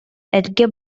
эргэ